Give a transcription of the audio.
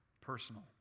personal